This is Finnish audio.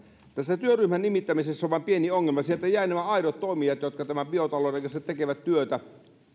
tässä työryhmän nimittämisessä on vain pieni ongelma sieltä jäivät nämä aidot toimijat jotka biotalouden kanssa tekevät työtä